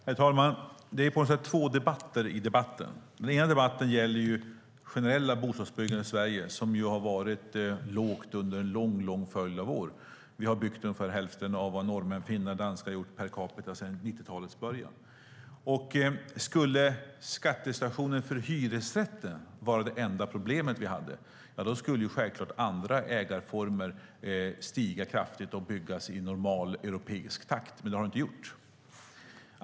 Herr talman! Det är på något sätt två debatter i debatten. Den ena debatten gäller det generella bostadsbyggandet i Sverige, som ju har varit lågt under en lång följd av år. Vi har byggt ungefär hälften av vad norrmän, finnar och danskar har gjort per capita sedan 90-talets början. Skulle skattesituationen för hyresrätterna vara det enda problemet vi hade, ja, då skulle självklart andra ägarformer öka kraftigt och byggas i normal europeisk takt. Men det har inte gjorts.